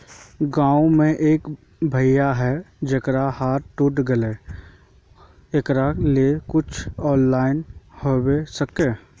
गाँव में एक भैया है जेकरा हाथ टूट गले एकरा ले कुछ ऑनलाइन होबे सकते है?